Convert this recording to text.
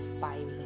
fighting